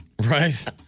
Right